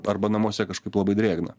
arba namuose kažkaip labai drėgna